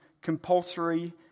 compulsory